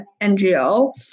NGO